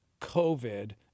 COVID